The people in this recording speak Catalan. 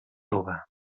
tova